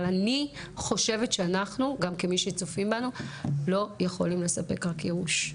אבל אני חושבת שאנחנו גם כמי שצופים בנו לא יכולים לספק רק ייאוש.